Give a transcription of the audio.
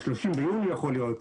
ב-30 ביוני יכול להיות,